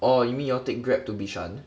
orh you mean y'all take Grab to bishan